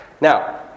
Now